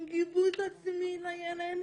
להורים האצילים, רוצים להוסיף משהו?